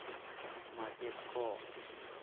ᱢᱟᱪᱮᱫ ᱠᱚ